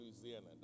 Louisiana